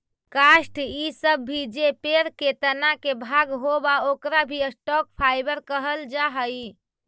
काष्ठ इ सब भी जे पेड़ के तना के भाग होवऽ, ओकरो भी स्टॉक फाइवर कहल जा हई